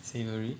savoury